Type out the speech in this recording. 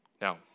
Now